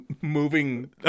moving